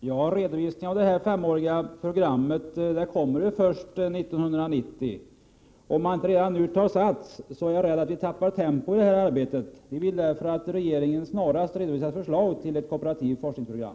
Herr talman! Redovisningen av det femåriga programmet kommer först 1990. Jag är rädd att vi tappar tempo i detta arbete, om man inte redan nu tar sats. Vi vill därför att regeringen snarast redovisar förslag till ett kooperativt forskningsprogram.